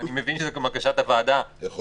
אני מבין שזאת גם בקשת הוועדה שנבוא עם תשובה.